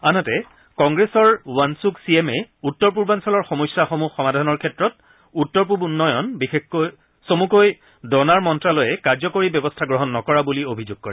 আনহাতে কংগ্ৰেছৰ ৱানছুক ছিয়েমে উত্তৰ পূৰ্বাঞ্চলৰ সমস্যাসমূহ সমাধানৰ ক্ষেত্ৰত উত্তৰ পূব উন্নয়ন চমুকৈ ডনাৰ মন্ত্যালয়ে কাৰ্যকৰী ব্যৱস্থা গ্ৰহণ নকৰা বুলি অভিযোগ কৰে